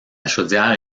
chaudière